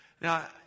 Now